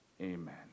amen